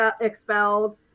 expelled